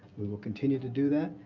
we will continue to do that.